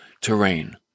terrain